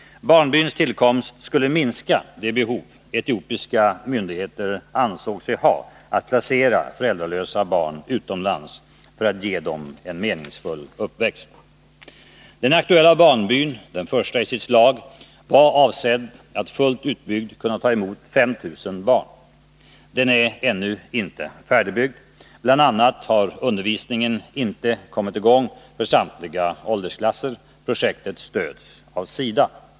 Barnbyns tillkomst skulle minska det behov etiopiska myndigheter ansåg sig ha att placera föräldralösa barn utomlands för att ge dem en meningsfull uppväxt. Den aktuella barnbyn, den första i sitt slag, var avsedd att fullt utbyggd kunna ta emot 5 000 barn. Den är ännu inte färdigbyggd. Bl. a. har undervisningen inte kommit i gång för samtliga åldersklasser. Projektet stöds av SIDA.